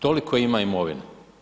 Toliko ima imovine.